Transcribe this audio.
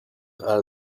are